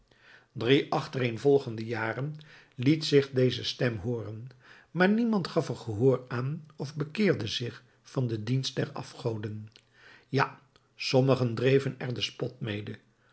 drie achtereenvolgende jaren liet zich deze stem hooren maar niemand gaf er gehoor aan of bekeerde zich van de dienst der afgoden ja sommigen dreven er den spot mede